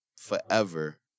forever